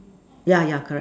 yeah yeah correct